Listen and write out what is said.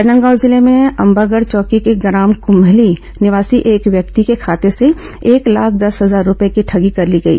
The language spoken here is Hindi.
राजनांदगांव जिले में अंबागढ़ चौकी के ग्राम कुम्हली निवासी एक व्यक्ति के खाते से एक लाख दस हजार रूपये की ठगी कर ली गई